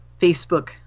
Facebook